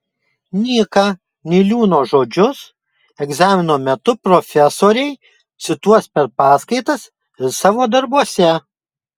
nyka niliūno žodžius egzamino metu profesoriai cituos per paskaitas ir savo darbuose